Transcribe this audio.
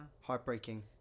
Heartbreaking